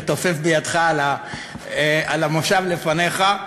ומתופף בידך על המושב לפניך,